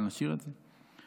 אבל נשאיר את זה,